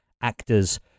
actors